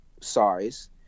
size